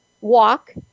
walk